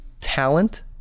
talent